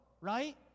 right